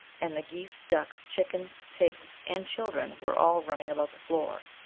and the geese, ducks, chickens, pigs, and children were all running about the floor.